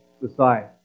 society